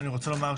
לאור העובדה